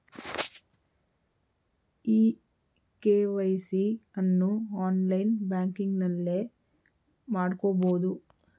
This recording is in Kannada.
ಇ ಕೆ.ವೈ.ಸಿ ಅನ್ನು ಆನ್ಲೈನ್ ಬ್ಯಾಂಕಿಂಗ್ನಲ್ಲೇ ಮಾಡ್ಕೋಬೋದು